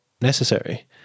necessary